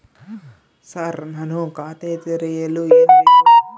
Sir ನಾನು ಖಾತೆ ತೆರೆಯಲು ಏನು ಬೇಕು?